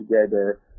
together